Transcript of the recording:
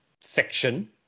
section